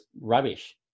rubbish